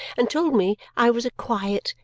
and told me i was a quiet,